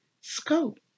scope